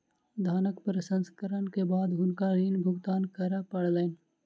धानक प्रसंस्करण के बाद हुनका ऋण भुगतान करअ पड़लैन